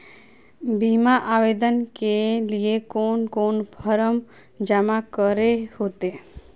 बीमा आवेदन के लिए कोन कोन फॉर्म जमा करें होते